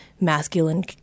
masculine